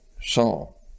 Saul